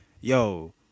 yo